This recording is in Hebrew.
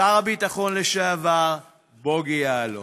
שר הביטחון לשעבר בוגי יעלון.